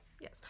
Yes